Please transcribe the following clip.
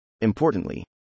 Importantly